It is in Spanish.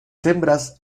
hembras